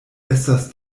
estas